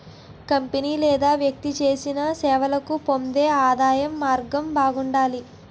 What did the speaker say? company లేదా వ్యక్తి చేసిన సేవలకు పొందే ఆదాయం మార్గం బాగుండాలి